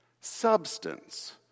Substance